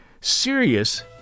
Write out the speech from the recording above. serious